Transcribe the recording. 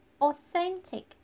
authentic